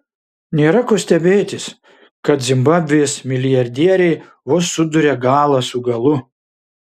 nėra ko stebėtis kad zimbabvės milijardieriai vos suduria galą su galu